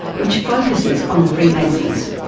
which focuses on the freemasons,